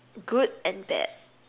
good and bad